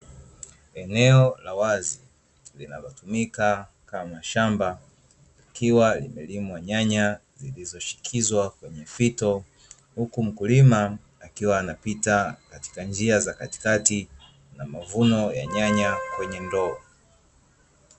Eneo la wazi linalotumika kama shamba, likiwa limelimwa nyanya zilizoshikizwa kwenye fito, huku mkulima akiwa anapita katika njia za katikati, na mavuno ya nyanya kwenye ndoo.